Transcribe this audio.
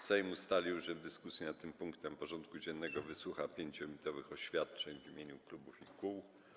Sejm ustalił, że w dyskusji nad tym punktem porządku dziennego wysłucha 5-minutowych oświadczeń w imieniu klubów i kół.